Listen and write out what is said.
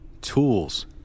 Tools